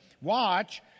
Watch